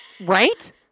Right